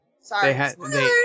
Sorry